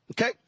Okay